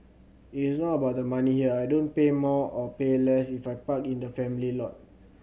it is not about the money here I don't pay more or pay less if I park in the family lot